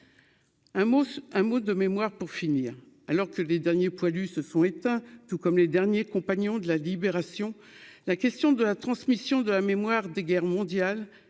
un mot de mémoire, pour finir, alors que les derniers poilus se sont éteints, tout comme les derniers compagnons de la Libération, la question de la transmission de la mémoire des guerres mondiales,